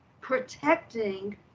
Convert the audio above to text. protecting